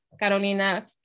Carolina